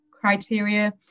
criteria